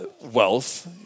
wealth